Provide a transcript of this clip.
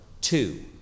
two